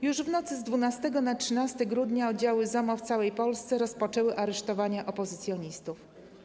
Już w nocy z 12 na 13 grudnia oddziały ZOMO w całej Polsce rozpoczęły aresztowania opozycjonistów.